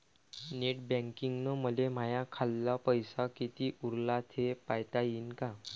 Net बँकिंगनं मले माह्या खाल्ल पैसा कितीक उरला थे पायता यीन काय?